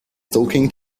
talking